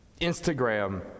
Instagram